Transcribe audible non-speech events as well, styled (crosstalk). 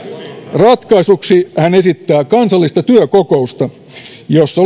ratkaisuksi hän esittää kansallista työkokousta jossa (unintelligible)